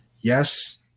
yes